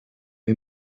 you